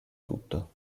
tutto